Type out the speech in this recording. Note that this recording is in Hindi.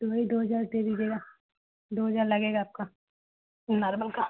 तो वही दो हजार दे दीजिएगा दो हजार लगेगा आपका नार्मल का